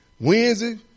Wednesday